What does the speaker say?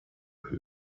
who